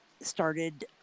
started